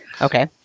Okay